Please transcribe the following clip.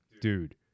dude